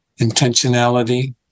Intentionality